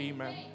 Amen